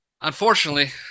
Unfortunately